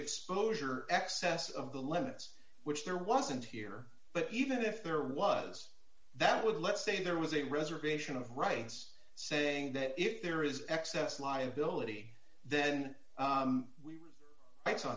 exposure excess of the limits which there wasn't here but even if there was that would let's say there was a reservation of rights saying that if there is excess liability then